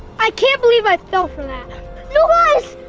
i can't believe i fell you know was